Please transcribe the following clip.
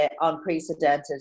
unprecedented